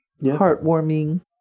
Heartwarming